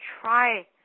try